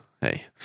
hey